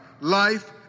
life